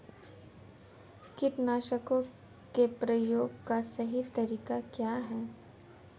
कीटनाशकों के प्रयोग का सही तरीका क्या है?